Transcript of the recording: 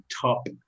top